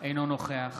אינו נוכח